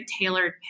tailored